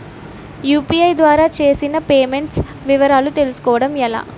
UPI ద్వారా చేసిన payments వివరాలు తెలుసుకోవటం ఎలా?